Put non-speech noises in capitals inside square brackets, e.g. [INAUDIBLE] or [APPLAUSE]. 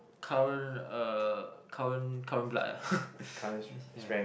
current uh current current blood ah [LAUGHS] yeah